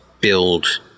build